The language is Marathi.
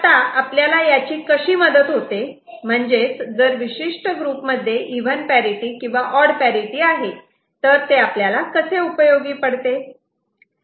आता आपल्याला याची कशी मदत होते म्हणजेच जर आपल्या विशिष्ट ग्रुपमध्ये हे इव्हन पॅरिटि किंवा ऑड पॅरिटि आहे तर ते आपल्याला कसे उपयोगी पडते